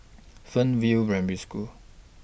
Fernvale Primary School